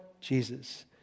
Jesus